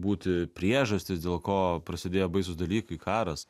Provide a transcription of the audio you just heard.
būti priežastys dėl ko prasidėjo baisūs dalykai karas